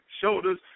shoulders